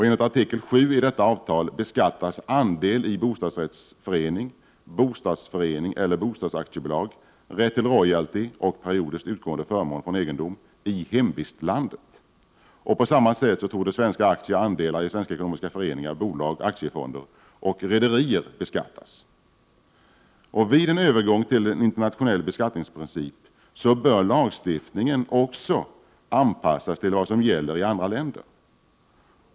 Enligt artikel 7 i detta avtal beskattas andel i bostadsrättsförening, bostadsförening eller bostadsaktiebolag, rätt till royalty och periodiskt utgående förmån från egendom i hemvistlandet. På samma sätt torde svenska aktier och andelar i svenska ekonomiska föreningar, bolag, aktiefonder och rederier beskattas. Vid en övergång till en internationell beskattningsprincip bör lagstiftningen också anpassas till vad som i huvudsak gäller i andra länder.